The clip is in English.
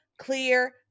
Clear